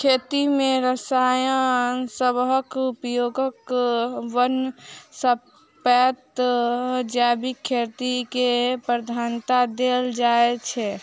खेती मे रसायन सबहक उपयोगक बनस्पैत जैविक खेती केँ प्रधानता देल जाइ छै